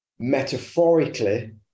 metaphorically